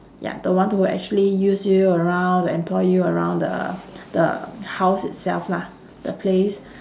ya the one t~ who will actually use you around to employ you around the the house itself lah the place